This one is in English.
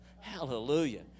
Hallelujah